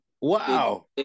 Wow